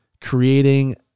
creating